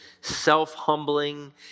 self-humbling